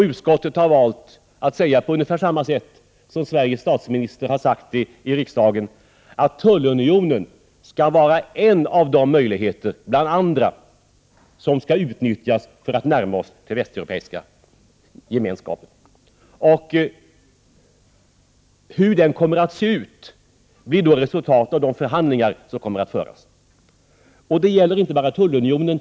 Utskottet har valt att säga på ungefär samma sätt som Sveriges statsminister har sagt i riksdagen, att tullunionen skall vara en av de möjligheter bland andra som skall utnyttjas för att närma oss till den västeuropeiska gemenskapen. Hur den kommer att se ut blir då ett resultat av de förhandlingar som kommer att föras. Det gäller inte bara tullunionen.